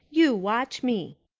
you watch me.